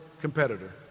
competitor